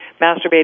masturbating